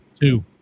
Two